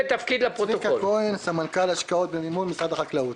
סמנכ"ל השקעות ומימון במשרד החקלאות.